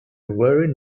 very